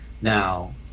Now